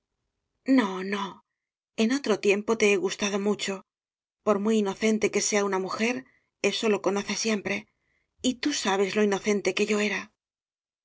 no no en otro tiempo te he gustado mucho por muy inocente que sea una mu jer eso lo conoce siempre y tú sabes lo ino cente que yo era